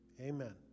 Amen